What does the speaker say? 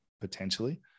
potentially